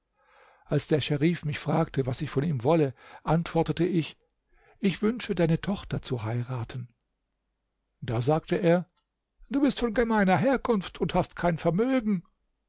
als der scherif mich fragte was ich von ihm wolle antwortete ich ich wünsche deine tochter zu heiraten da sagte er du bist von gemeiner herkunft und hast kein vermögen